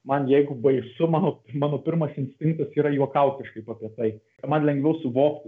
man jeigu baisu mano mano pirmas inkstinktas yra juokaut kažkaip apie tai man lengviau suvokti